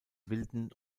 wilden